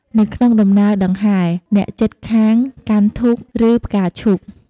នៅក្នុងដំណើរដង្ហែ អ្នកជិតខាងកាន់ធូក ឬផ្កាឈូក។